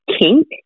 kink